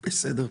בסדר.